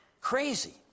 Crazy